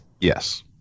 Yes